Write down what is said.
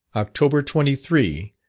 october twenty three,